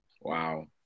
Wow